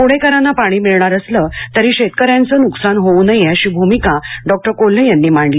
पणेकरांना पाणी मिळणार असलं तरी शेतकऱ्यांचे नुकसान होऊ नये अशी भूमिका डॉक्टर कोल्हे यांनी मांडली